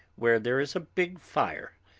where there is a big fire,